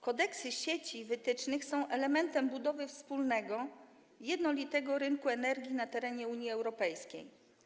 Kodeksy sieci i wytyczne są elementem budowy wspólnego, jednolitego rynku energii na terenie Unii Europejskiej.